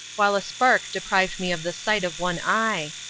while a spark deprived me of the sight of one eye.